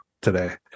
today